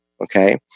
Okay